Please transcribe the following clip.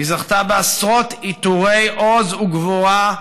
היא זכתה בעשרות עיטורי עוז וגבורה,